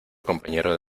compañero